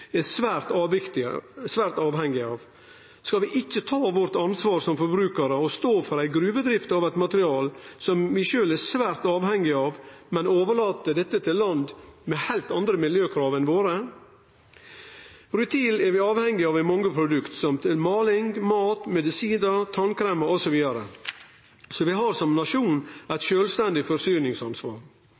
er svært avhengige av. Skal vi ikkje ta vårt ansvar som forbrukarar og stå for ei gruvedrift av eit materiale vi sjølve er svært avhengige av, men overlate dette til land med heilt andre miljøkrav enn våre? Rutil er vi avhengige av i mange produkt, som maling, mat, medisinar, tannkremar osv. Vi har som nasjon eit sjølvstendig forsyningsansvar.